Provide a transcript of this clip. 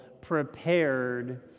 prepared